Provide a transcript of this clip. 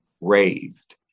raised